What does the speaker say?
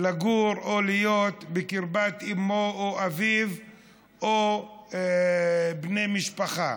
לגור או להיות בקרבת אימו או אביו או בני משפחה.